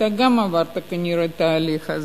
אתה גם עברת כנראה תהליך כזה.